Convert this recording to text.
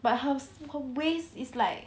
but her waist is like